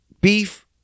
Beef